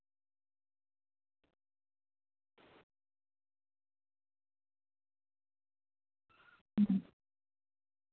ᱦᱩᱸ